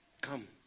Come